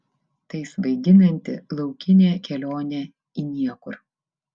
tai svaiginanti laukinė kelionė į niekur